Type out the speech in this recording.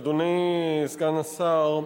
אדוני סגן השר,